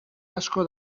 asko